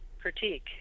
critique